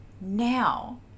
now